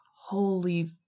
holy